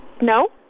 No